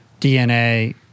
DNA